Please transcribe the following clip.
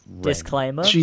Disclaimer